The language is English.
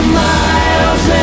miles